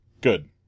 good